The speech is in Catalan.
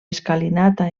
escalinata